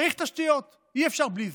צריך תשתיות, אי-אפשר בלי זה,